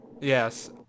Yes